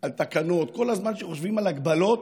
על תקנות, כל הזמן כשחושבים על הגבלות,